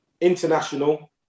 international